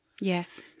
Yes